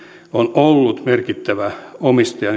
on ollut harkitusti merkittävä omistaja